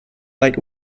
light